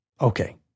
Okay